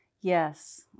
Yes